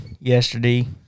yesterday